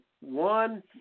one